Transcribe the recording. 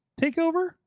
takeover